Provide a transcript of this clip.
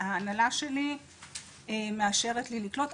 ההנהלה שלי מאשרת לי לקלוט.